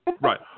Right